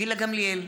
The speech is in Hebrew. גילה גמליאל,